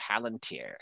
Palantir